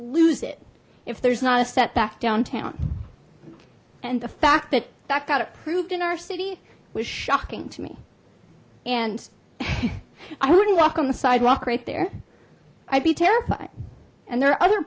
lose it if there's not a setback downtown and the fact that that got approved in our city was shocking to me and i wouldn't walk on the sidewalk right there i'd be terrified and there are other